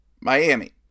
Miami